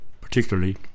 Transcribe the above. particularly